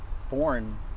foreign